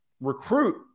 recruit